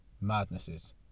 madnesses